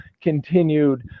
continued